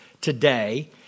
today